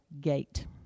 gate